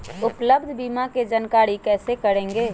उपलब्ध बीमा के जानकारी कैसे करेगे?